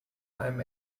einem